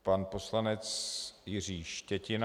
Pan poslanec Jiří Štětina.